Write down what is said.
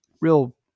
real